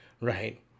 right